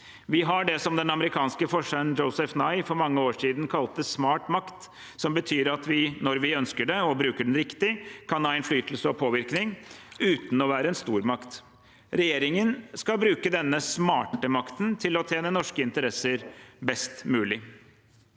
Vi har det den amerikanske forskeren Joseph Nye for mange år siden kalte «smart makt», som betyr at vi, når vi ønsker det og bruker den riktig, kan ha innflytelse og påvirkning uten å være en stormakt. Regjeringen skal bruke denne smarte makten til å tjene norske interesser best mulig.